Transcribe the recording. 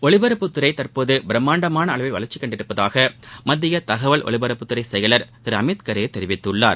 ஒலிபரப்புத்துறை தற்போது பிரம்மாண்டமான அளவில் வளர்ச்சி கண்டுள்ளதாக மத்திய தகவல் ஒலிபரப்புத்துறை செயலர் திரு அமித் கரே தெரிவித்துள்ளார்